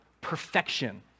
perfection